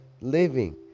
living